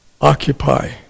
Occupy